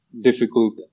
difficult